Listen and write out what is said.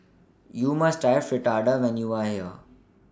YOU must Try Fritada when YOU Are here